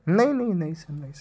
نہیں نہیں نہیں سر نہیں سر